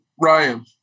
Ryan